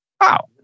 Wow